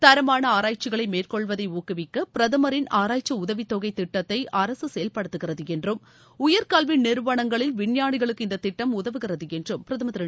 தரமான ஆராய்க்சிகளை மேற்கொள்வதை ஊக்குவிக்க பிரதமரின் ஆராய்க்சி உதவித் தொகை திட்டத்தை அரசு செயல்படுத்துகிறது என்றும் உயர் கல்வி நிறுவனங்களில் விஞ்ஞானிகளுக்கு இந்த திட்டம் உதவுகிறது என்றும் பிரதமர் திரு